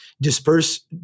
disperse